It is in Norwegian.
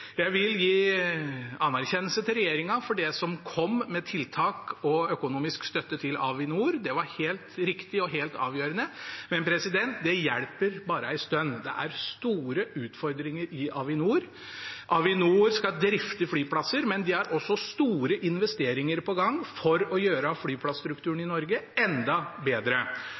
Jeg vil gi anerkjennelse til regjeringa for det som kom av tiltak og økonomisk støtte til Avinor – det var helt riktig og avgjørende – men det hjelper bare en stund. Det er store utfordringer i Avinor. Avinor skal drifte flyplasser, men de har også store investeringer på gang for å gjøre flyplasstrukturen i Norge enda bedre.